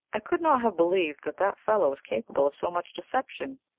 i could not have believed that that fellow was capable of so much deception,